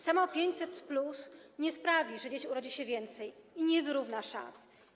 Samo 500+ nie sprawi, że dzieci urodzi się więcej, i nie wyrówna szans.